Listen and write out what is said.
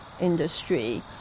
industry